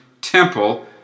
temple